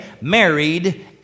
married